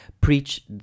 preach